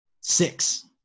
Six